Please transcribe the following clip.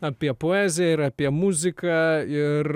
apie poeziją ir apie muziką ir